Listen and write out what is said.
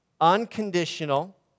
unconditional